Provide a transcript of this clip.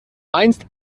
einst